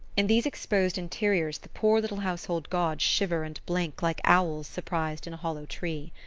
in these exposed interiors the poor little household gods shiver and blink like owls surprised in a hollow tree.